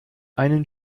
einen